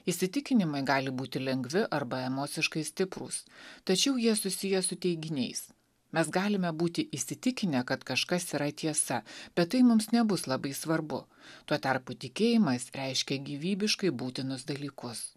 įsitikinimai gali būti lengvi arba emociškai stiprūs tačiau jie susiję su teiginiais mes galime būti įsitikinę kad kažkas yra tiesa bet tai mums nebus labai svarbu tuo tarpu tikėjimas reiškia gyvybiškai būtinus dalykus